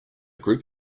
group